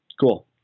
Cool